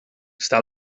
està